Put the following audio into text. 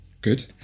good